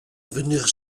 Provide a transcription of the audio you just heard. venir